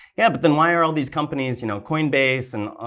yeah but then why are all these companies, you know, coinbase and,